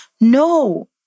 No